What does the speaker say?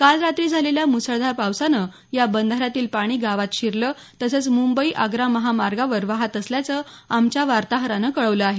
काल रात्री झालेल्या मुसळधार पावसानं या बंधाऱ्यातलं पाणी गावात शिरलं तसंच मुंबई आग्रा महामार्गावर वाहात असल्याचं आमच्या वार्ताहरानं कळवलं आहे